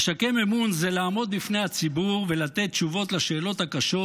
לשקם אמון זה לעמוד בפני הציבור ולתת תשובות לשאלות הקשות,